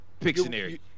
Pictionary